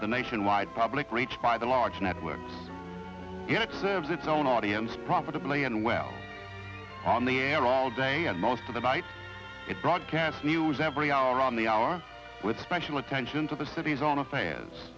compared the nationwide public reach by the large network here it serves its own audience profitably and well on the air all day and most of the night it broadcasts news every hour on the hour with special attention to the city's own affairs